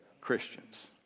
Christians